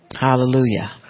Hallelujah